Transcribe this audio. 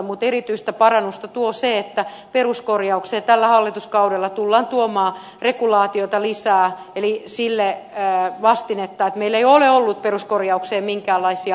mutta erityistä parannusta tuo se että peruskorjauksiin tällä hallituskaudella tullaan tuomaan regulaatiota lisää eli sille vastinetta että meillä ei ole ollut peruskorjaukseen minkäänlaisia ohjeistuksia